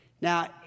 Now